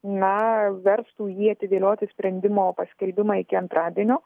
na verstų jį atidėlioti sprendimo paskelbimą iki antradienio